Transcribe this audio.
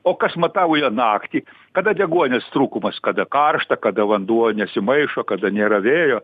o kas matavo ją naktį kada deguonies trūkumas kada karšta kada vanduo nesimaišo kada nėra vėjo